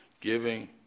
giving